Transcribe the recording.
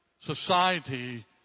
society